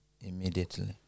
immediately